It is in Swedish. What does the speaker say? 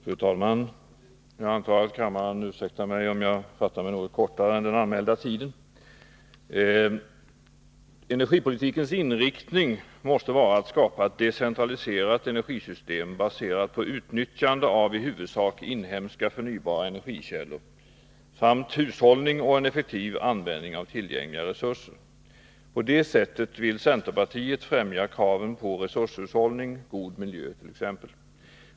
Fru talman! Jag antar att kammaren ursäktar mig om jag talar något Fredagen den kortare tid än vad jag har anmält. 17 december 1982 Energipolitikens inriktning måste vara att skapa ett decentraliserat energisystem, baserat på utnyttjande av i huvudsak inhemska, förnybara energikällor samt hushållning med och effektiv användning av tillgängliga resurser. På det sättet vill centerpartiet främja kraven på t.ex. resurshushållning och en god miljö.